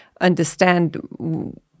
understand